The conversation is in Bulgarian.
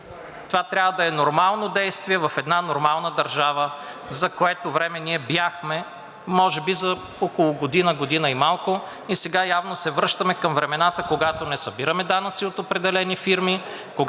Това трябва да е нормално действие в една нормална държава, за което време ние бяхме, може би за около година, година и малко, и сега явно се връщаме към времената, когато не събираме данъци от определени фирми,